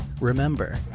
remember